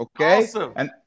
Okay